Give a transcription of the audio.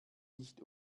nicht